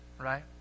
Right